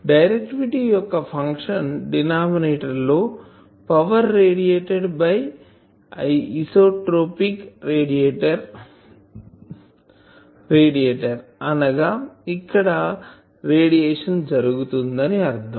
directivity యొక్క function denominator లో power radiated by isotropic radiator అనగా ఇక్కడ రేడియేషన్ జరుగుతుంది అని అర్ధం